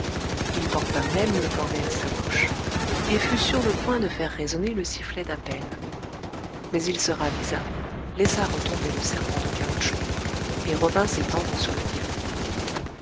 il porta même le cornet à sa bouche et fut sur le point de faire résonner le sifflet d'appel mais il se ravisa laissa retomber le serpent de caoutchouc et revint s'étendre sur le divan